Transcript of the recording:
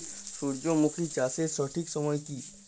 সূর্যমুখী চাষের সঠিক সময় কি?